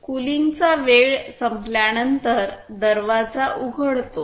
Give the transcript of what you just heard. कूलिंगचा वेळ संपल्यानंतर दरवाजा उघडतो